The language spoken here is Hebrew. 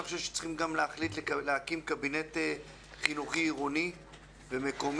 אני חושב שצריכים גם להחליט להקים קבינט חינוכי-עירוני ומקומי,